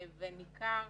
וניכר